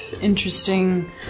interesting